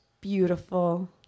beautiful